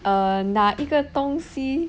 uh 你一个东西